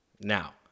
Now